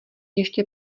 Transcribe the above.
ještě